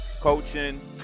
coaching